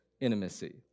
intimacy